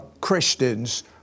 Christians